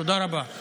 תודה רבה.